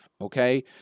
okay